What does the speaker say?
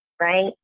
right